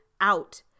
out